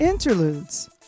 interludes